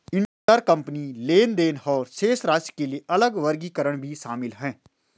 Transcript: intercompany लेनदेन और शेष राशि के लिए अलग वर्गीकरण भी शामिल हैं